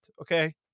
Okay